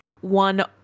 one